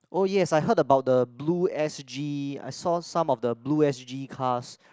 oh yes I heard about the Blue-S_G I saw some of the Blue-S_G cars